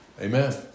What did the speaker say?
Amen